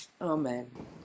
Amen